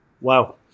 Wow